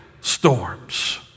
storms